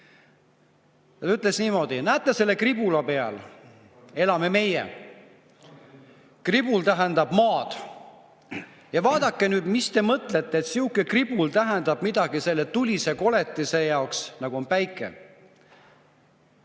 Ta ütles niimoodi: "Näete. Selle kribula peal te elate." Kribul tähendab Maad. "Ja vaadake nüüd – mis te mõtlete, et sihuke kribul tähendab midagi selle tulise koletise jaoks (nagu Päike